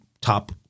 Top